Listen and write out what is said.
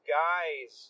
guys